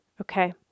Okay